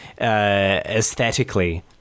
aesthetically